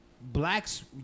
blacks